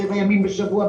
שבעה ימים בשבוע,